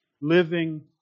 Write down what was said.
living